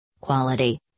Quality